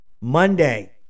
Monday